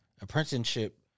apprenticeship